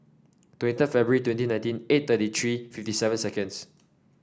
twenty five February twenty nineteen eight thirty three fifty seven seconds